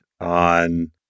on